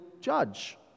judge